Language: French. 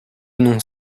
nom